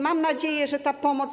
Mam nadzieję, że ta pomoc.